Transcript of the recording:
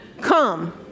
Come